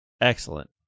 excellent